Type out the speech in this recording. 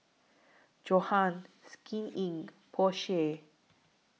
Johan Skin Inc Porsche